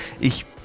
Ich